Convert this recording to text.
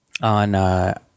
on –